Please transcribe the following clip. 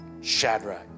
Shadrach